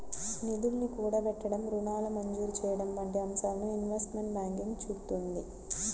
నిధుల్ని కూడగట్టడం, రుణాల మంజూరు చెయ్యడం వంటి అంశాలను ఇన్వెస్ట్మెంట్ బ్యాంకింగ్ చూత్తుంది